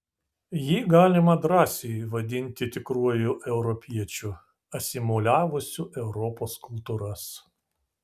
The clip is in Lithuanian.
jį galima drąsiai vadinti tikruoju europiečiu asimiliavusiu europos kultūras